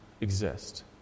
exist